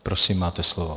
Prosím, máte slovo.